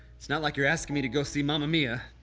it's not like you're asking me to go see mamma mia.